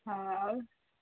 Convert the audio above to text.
ہاں اور